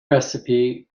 recipe